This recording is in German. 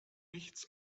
nichts